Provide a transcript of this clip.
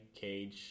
cage